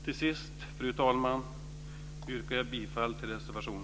Till sist, fru talman, yrkar jag bifall till reservation